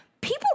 people